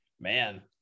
Man